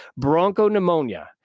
bronchopneumonia